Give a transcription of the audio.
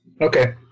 Okay